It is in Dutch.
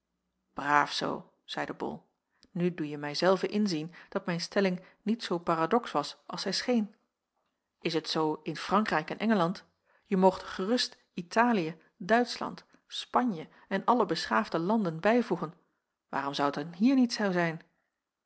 braaf zoo zeide bol nu doe je mij zelve inzien dat mijn stelling niet zoo paradox was als zij scheen is het zoo in frankrijk en engeland je moogt er gerust italiën duitschland spanje en alle beschaafde landen bijvoegen waarom zou t dan hier niet zoo zijn